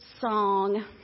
song